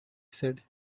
said